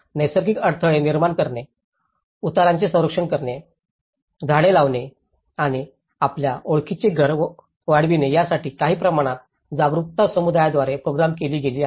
नैसर्गिक अडथळे निर्माण करणे उतारांचे संरक्षण करणे झाडे लावणे आणि आपल्या ओळखीचे घर वाढविणे यासाठी काही प्रमाणात जागरूकता समुदायाद्वारे प्रोग्राम केली गेली आहे